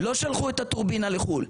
לא שלחו את הטורבינה לחו"ל,